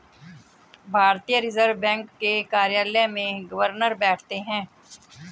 भारतीय reserve bank के कार्यालय में गवर्नर बैठते हैं